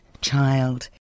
Child